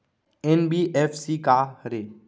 NBFC का हरे?